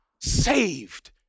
saved